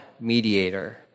mediator